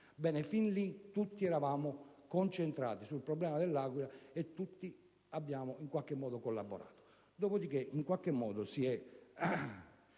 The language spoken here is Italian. Bene, fin lì tutti eravamo concentrati sul problema dell'Aquila e tutti abbiamo in qualche modo collaborato. Dopodiché quest'azione